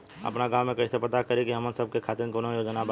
आपन गाँव म कइसे पता करि की हमन सब के खातिर कौनो योजना बा का?